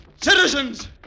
Citizens